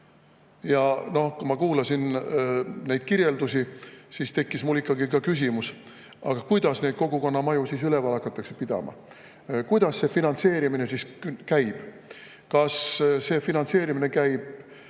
lahendus. Kui ma kuulasin neid kirjeldusi, siis tekkis mul ikkagi ka küsimus, aga kuidas neid kogukonnamaju siis üleval hakatakse pidama. Kuidas see finantseerimine käib? Kas finantseerimine käib